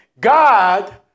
God